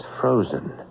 frozen